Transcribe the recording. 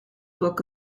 book